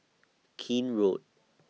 Keene Road